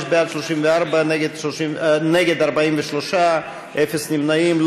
26, בעד 34, נגד, 43, אפס נמנעים.